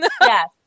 Yes